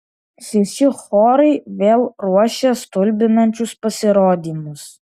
šeši chorai vėl ruošia stulbinančius pasirodymus